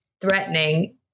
threatening